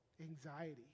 Anxiety